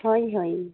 ହଇ ହଇ